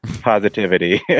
positivity